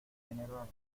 género